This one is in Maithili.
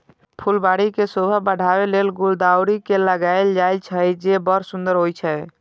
फुलबाड़ी के शोभा बढ़ाबै लेल गुलदाउदी के लगायल जाइ छै, जे बड़ सुंदर होइ छै